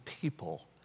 people